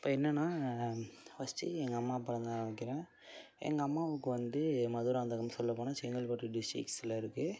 இப்போ என்னென்னா ஃபஸ்ட்டு எங்கள் அம்மா அப்பாலேருந்து ஆரம்பிக்கிறேன் எங்கள் அம்மாவுக்கு வந்து மதுராந்தகம் சொல்லப்போனால் செங்கல்பட்டு டிஸ்டிக்ஸில் இருக்குது